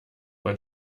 man